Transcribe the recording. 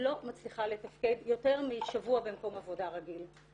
לא מצליחה לתפקד יותר משבוע במקום עבודה רגיל,